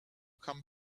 come